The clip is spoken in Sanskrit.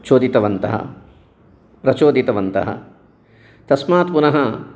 शोधितवन्तः प्रचोदितवन्तः तस्मात् पुनः